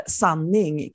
sanning